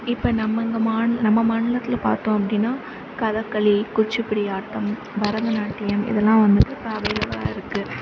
இப்போ நம்ம இங்கே மாந் நம்ம மாநிலத்தில் பார்த்தோம் அப்படின்னா கதக்களி குச்சிப்பிடி ஆட்டம் பரதநாட்டியம் இதெல்லாம் வந்துகிட்டு இருக்குது